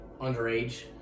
underage